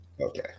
Okay